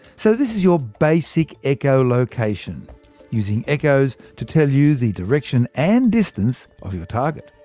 so this is your basic echolocation using echoes to tell you the direction and distance of your target.